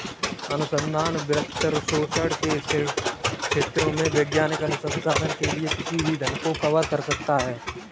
अनुसंधान वित्तपोषण के क्षेत्रों में वैज्ञानिक अनुसंधान के लिए किसी भी धन को कवर करता है